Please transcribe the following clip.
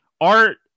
Art